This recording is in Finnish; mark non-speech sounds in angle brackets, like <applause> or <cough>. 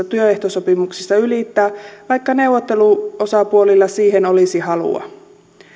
<unintelligible> työehtosopimuksissa ylittää vaikka neuvotteluosapuolilla siihen olisi halua